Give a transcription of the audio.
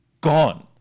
gone